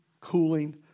cooling